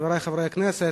חברי חברי הכנסת,